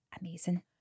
amazing